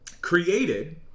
created